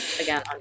again